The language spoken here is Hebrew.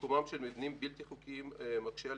מיקומם של מבנים בלתי חוקיים מקשה על